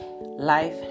Life